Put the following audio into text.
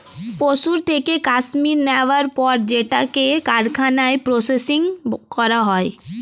পশুর থেকে কাশ্মীর নেয়ার পর সেটাকে কারখানায় প্রসেসিং করা হয়